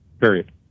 Period